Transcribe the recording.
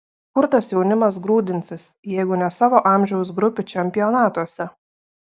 kur tas jaunimas grūdinsis jeigu ne savo amžiaus grupių čempionatuose